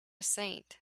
saint